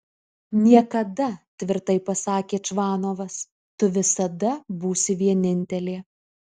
niekada tvirtai pasakė čvanovas tu visada būsi vienintelė